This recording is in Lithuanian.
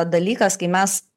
dalykas kai mes